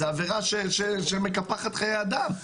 זו עבירה שמקפחת חיי אדם.